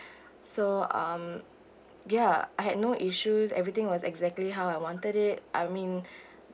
so um ya I had no issues everything was exactly how I wanted it I mean